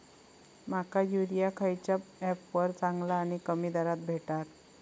माका युरिया खयच्या ऍपवर चांगला आणि कमी दरात भेटात?